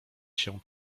się